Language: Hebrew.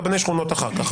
רבני שכונות אחר כך.